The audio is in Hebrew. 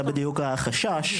זה בדיוק החשש,